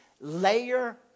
layer